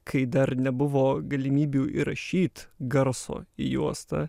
kai dar nebuvo galimybių įrašyt garso į juostą